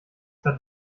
hat